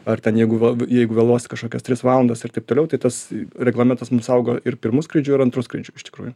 ar ten jeigu va jeigu vėluos kažkokias tris valandas ir taip tolaiu tai tas reglamentas mum saugo ir pirmu skrydžiu ir antru skrydžiu iš tikrųjų